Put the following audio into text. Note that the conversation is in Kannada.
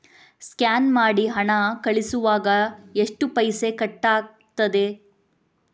ಸ್ಕ್ಯಾನ್ ಮಾಡಿ ಹಣ ಕಳಿಸುವಾಗ ಎಷ್ಟು ಪೈಸೆ ಕಟ್ಟಾಗ್ತದೆ?